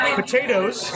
potatoes